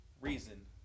reason